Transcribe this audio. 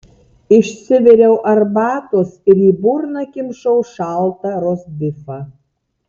išsiviriau arbatos ir į burną kimšau šaltą rostbifą